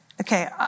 okay